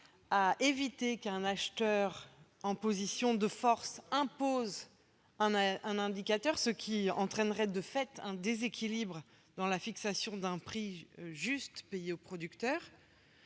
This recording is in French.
à éviter qu'un acheteur en position de force n'impose un indicateur, ce qui entraînerait de fait un déséquilibre dans la fixation d'un prix juste payé aux producteurs.